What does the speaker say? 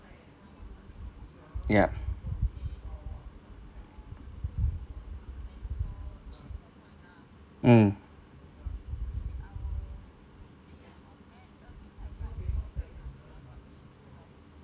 ya mm